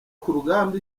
kurugamba